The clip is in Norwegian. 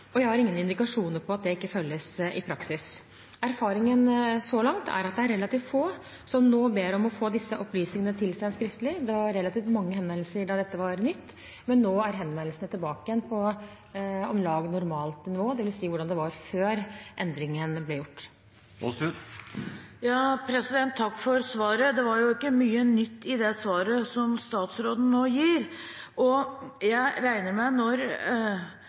og jeg har ingen indikasjoner på at det ikke følges i praksis. Erfaringen så langt er at det er relativt få som nå ber om å få disse opplysningene tilsendt skriftlig. Det var relativt mange henvendelser da dette var nytt, men nå er henvendelsene tilbake igjen på om lag normalt nivå, dvs. hvordan det var før endringen ble gjort. Takk for svaret. Det var jo ikke mye nytt i det svaret som statsråden nå ga. Jeg regner med at når